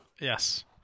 Yes